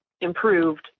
improved